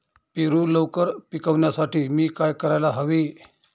पेरू लवकर पिकवण्यासाठी मी काय करायला हवे?